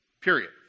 Period